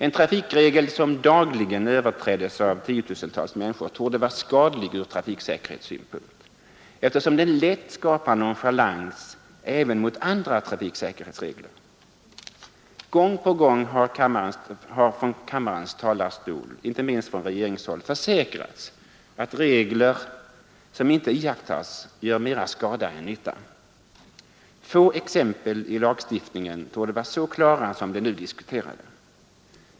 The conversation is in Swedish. En trafikregel som dagligen överträds av tiotusentals människor torde vara skadlig från trafiksäkerhetssynpunkt, eftersom den lätt skapar nonchalans även mot andra trafiksäkerhetsregler. Gång på gång har från kammarens talarstol, inte minst från regeringshåll, försäkrats att regler som inte iakttas gör mer skada än nytta. Få exempel i lagstiftningen torde vara så klara som det nu diskuterade.